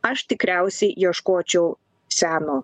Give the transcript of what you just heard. aš tikriausiai ieškočiau seno